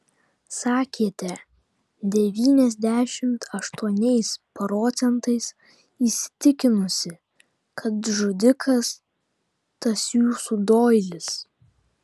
sakėte devyniasdešimt aštuoniais procentais įsitikinusi kad žudikas tas jūsų doilis